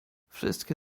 wszystkie